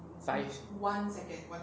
five